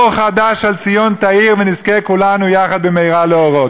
אור חדש על ציון תאיר ונזכה כולנו יחד במהרה לאורו.